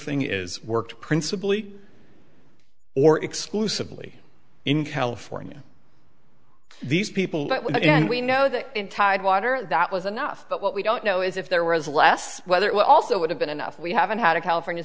thing is work principally or exclusively in california these people and we know that in tide water that was enough but what we don't know is if there was less whether it also would have been enough we haven't had a california